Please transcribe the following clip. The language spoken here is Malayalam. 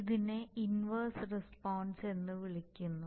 ഇതിനെ ഇൻവർസ് റസ്പോൺസ് എന്ന് വിളിക്കുന്നു